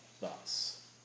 thus